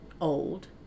old